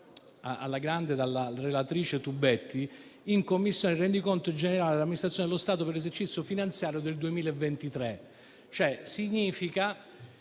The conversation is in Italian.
alla grande dalla relatrice Tubetti in Commissione, il Rendiconto generale dell'amministrazione dello Stato per l'esercizio finanziario 2023.